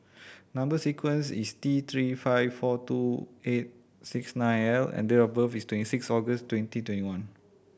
number sequence is T Three five four two eight six nine L and date of birth is twenty six August twenty twenty one